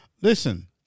listen